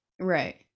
Right